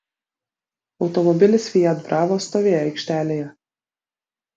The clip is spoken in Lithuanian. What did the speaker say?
automobilis fiat bravo stovėjo aikštelėje